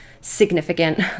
significant